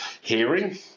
hearing